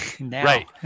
Right